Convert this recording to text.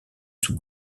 sous